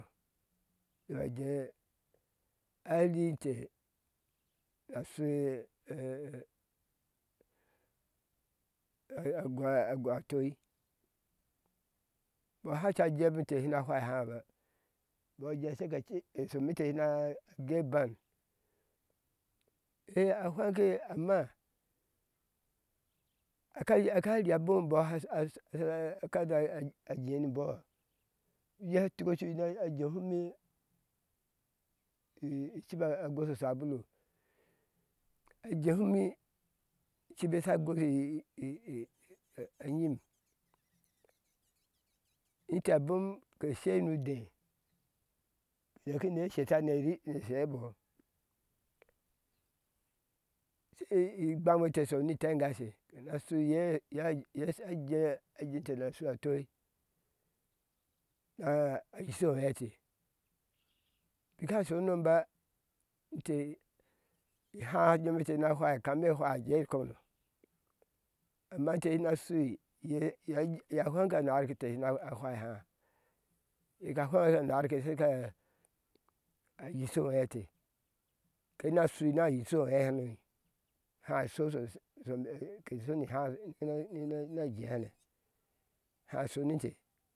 Na jee ajinte ashue agɔi agɔi a toi bɔɔ háca jebinte shena fwai hábá bɔɔ sai kace ke shishome ete na a goi ban i a fweŋke a mma aka aka ria abome embɔ ashiashi shima a kaga jeani bɔ jee sha tuko cui na jehimi icibi a gosho sabulu a jehumi icibi ye sha goshi i i i a nyum ente a bom ke shai nu dei dake ne sheta nerii ne shɛbɔ shi ii gbanwete shoni itengashe ashu iye ye yesha jee jite na shun atoi naa yishi oyeite bi há shonomba inte iháá nyomente na fwai kame fwi jeyir komno amma tena shui yeye fweŋke ana har kete na fwai ihaá ye ka fweŋ na harke ye shika ayisho oɛɛtɛ kenashui na yisho oɛɛhɛno háásho sosai shmee ke shoni háá naje hane háá shoninte